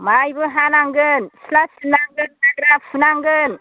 माइबो हानांगोन सिथ्ला सिबनांगोन हाग्रा फुनांगोन